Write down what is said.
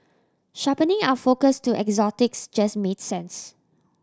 sharpening our focus to exotics just made sense